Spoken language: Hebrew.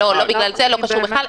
לא, לא בגלל זה, לא קשור בכלל.